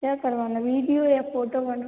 क्या करवाना वीडियो या फ़ोटो बनवा